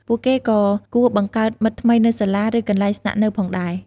ពួកគេក៏គួរបង្កើតមិត្តថ្មីនៅសាលា ឬកន្លែងស្នាក់នៅផងដែរ។